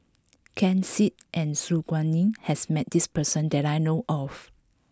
Ken Seet and Su Guaning has met this person that I know of